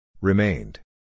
Remained